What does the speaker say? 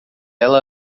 ela